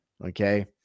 Okay